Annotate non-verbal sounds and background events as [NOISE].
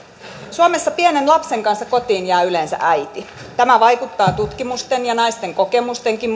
suomessa pienen lapsen kanssa kotiin jää yleensä äiti tämä vaikuttaa tutkimusten ja naisten kokemustenkin [UNINTELLIGIBLE]